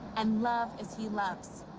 and love as he loves.